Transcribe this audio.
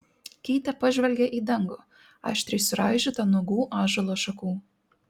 keitė pažvelgė į dangų aštriai suraižytą nuogų ąžuolo šakų